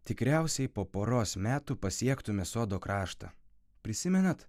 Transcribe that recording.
tikriausiai po poros metų pasiektume sodo kraštą prisimenat